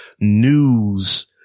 news